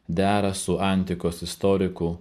dera su antikos istorikų